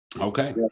Okay